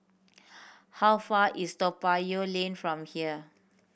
how far is Toa Payoh Lane from here